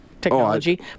technology